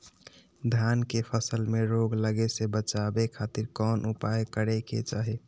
धान के फसल में रोग लगे से बचावे खातिर कौन उपाय करे के चाही?